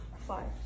Five